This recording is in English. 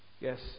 Yes